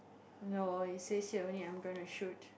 no it says here only I'm going to shoot